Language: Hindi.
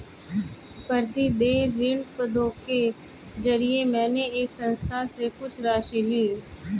प्रतिदेय ऋणपत्रों के जरिये मैंने एक संस्था से कुछ राशि ली